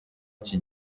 iki